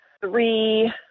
three